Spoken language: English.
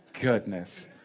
goodness